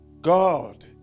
god